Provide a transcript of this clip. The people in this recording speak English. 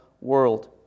world